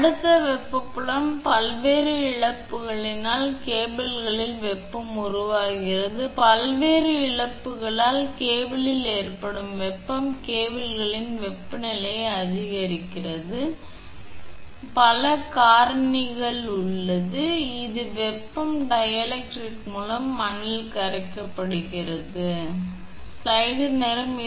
அடுத்தது வெப்பப் புலம் பல்வேறு இழப்புகளால் கேபிளில் வெப்பம் உருவாகிறது பல்வேறு இழப்புகளால் கேபிளில் ஏற்படும் வெப்பம் கேபிளின் வெப்பநிலையை அதிகரிக்கிறது பல காரணிகள் உள்ளன இந்த வெப்பம் டைஎலக்ட்ரிக் மூலம் மண்ணில் கரைக்கப்படுகிறது கவசம் இருக்கிறதா சரியாக சேவை செய்கிறதா